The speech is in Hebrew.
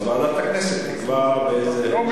אז ועדת הכנסת תקבע באיזה, לא.